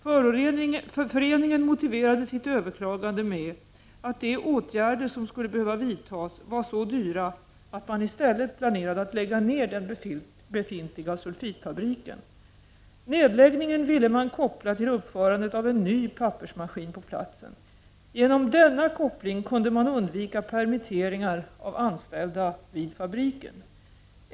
Föreningen motiverade sitt överklagande med att de åtgärder som skulle behöva vidtas var så dyra att man i stället planerade att lägga ned den befintliga sulfitfabriken. Nedläggningen ville man koppla till uppförandet av en ny pappersmaskin på platsen. Genom denna koppling kunde man undvika permitteringar av anställda vid fabriken.